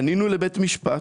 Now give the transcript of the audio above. פנינו לבית משפט